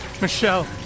Michelle